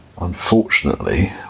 Unfortunately